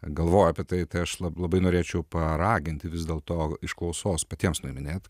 galvoja apie tai tai aš labai norėčiau paraginti vis dėlto iš klausos patiems nueminėt